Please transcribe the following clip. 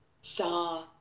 saw